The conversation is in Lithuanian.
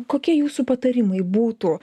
kokie jūsų patarimai būtų